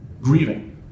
grieving